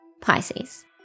Pisces